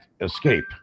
escape